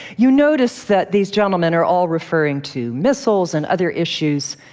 you notice that these gentlemen are all referring to missiles and other issues.